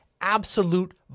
absolute